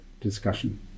discussion